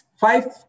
five